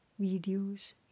videos